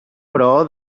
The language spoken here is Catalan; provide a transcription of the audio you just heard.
però